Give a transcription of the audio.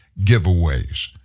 giveaways